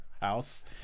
house